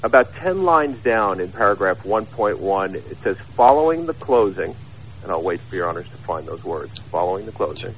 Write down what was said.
about ten lines down in paragraph one point one it says following the closing and i'll wait for your honour's to find those words following the clos